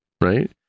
right